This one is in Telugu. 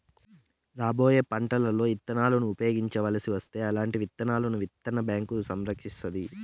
రాబోయే పంటలలో ఇత్తనాలను ఉపయోగించవలసి వస్తే అల్లాంటి విత్తనాలను విత్తన బ్యాంకు సంరక్షిస్తాది